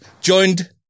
joined